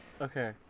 Okay